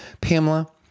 Pamela